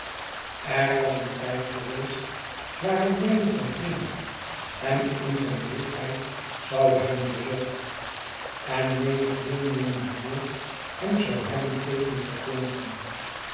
er was een tijdgeweestwaarin menige vriend hem in zijn droefheid zou hebben bezocht en menig deelnemend woord hem zou hebben tegen geklonken